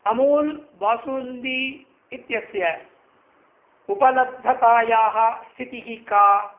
अमूल् बासुन्दी इत्यस्य उपलब्धतायाः स्थि तिः का